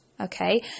Okay